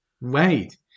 wait